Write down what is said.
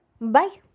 Bye